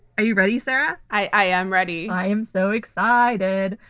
are you ready, sarah? i am ready. i am so excited.